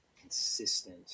consistent